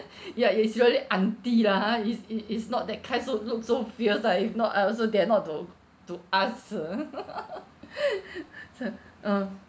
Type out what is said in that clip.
ya it's really auntie lah ha it's it's it's not that kind who look so fierce lah if not I also dare not to to ask ah um